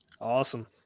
awesome